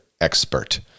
expert